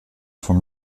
vom